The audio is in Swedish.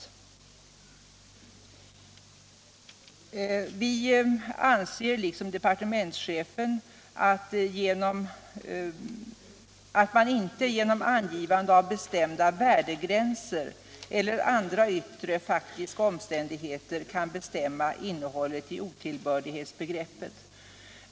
Ö Vi anser liksom departementschefen att man inte genom angivande av bestämda värdegränser eller andra yttre faktiska omständigheter kan bestämma innehållet i otillbörlighetsbegreppet.